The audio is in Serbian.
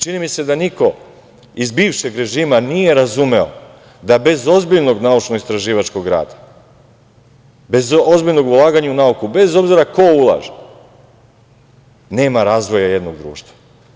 Čini mi se da niko iz bivšeg režima nije razumeo da bez ozbiljnog naučno-istraživačkog rada, bez ozbiljnog ulaganja u nauku, bez obzira ko ulaže, nema razvoja jednog društva.